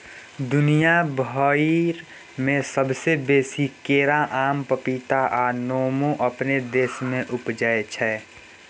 दुनिया भइर में सबसे बेसी केरा, आम, पपीता आ नेमो अपने देश में उपजै छै